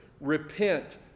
Repent